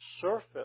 surface